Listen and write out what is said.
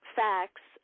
facts